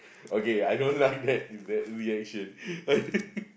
okay I don't like that reaction